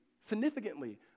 significantly